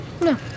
No